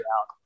out